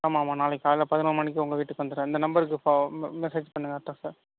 ஆமாம் ஆமாம் நாளைக்கு காலைல பதினோரு மணிக்கு உங்கள் வீட்டுக்கு வந்துவிடுறேன் இந்த நம்பருக்கு பா மெசேஜ் பண்ணுங்கள் அட்ரெஸை